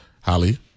Holly